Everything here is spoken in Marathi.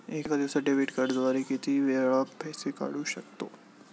एका दिवसांत डेबिट कार्डद्वारे किती वेळा पैसे काढू शकतो?